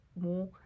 more